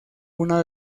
una